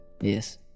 yes